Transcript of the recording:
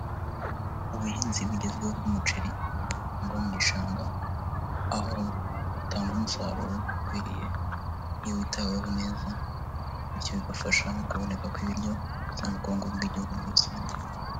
Ubuhinzi bugezweho bw'umuceri, buhingwa mu gishanga, aho butanga umusaruro ukwiriye iyo witaweho neza bityo bigafasha mu kuboneka kw'ibiryo ndetse n'ubukungu bw'igihugu muri rusange.